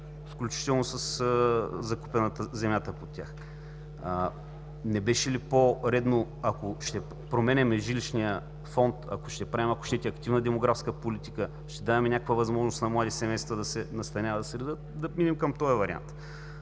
включително със земята под тях. Не беше ли по-редно, ако ще променяме жилищния фонд, ако ще правим, ако щете, активна демографска политика – ще даваме някаква възможност на млади семейства да се настаняват, да минем към този вариант?